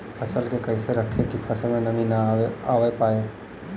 फसल के कैसे रखे की फसल में नमी ना आवा पाव?